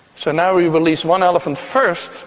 so now we release one elephant first,